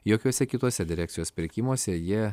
jokiuose kituose direkcijos pirkimuose jie